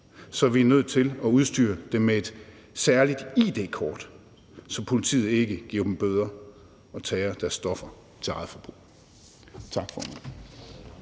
så vi er nødt til at udstyre dem med et særligt id-kort, så politiet ikke giver dem bøder og tager det stof, de har til eget forbrug.